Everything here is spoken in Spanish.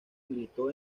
militó